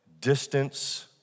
distance